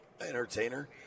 entertainer